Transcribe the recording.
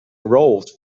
wrote